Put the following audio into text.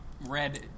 red